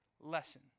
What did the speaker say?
lesson